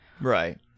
Right